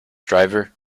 driver